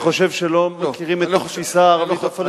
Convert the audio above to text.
אתה חושב שלא מכירים את התפיסה הערבית הפלסטינית?